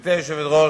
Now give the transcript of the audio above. גברתי היושבת-ראש,